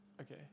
Okay